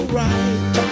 right